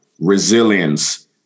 resilience